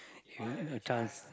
you have a chance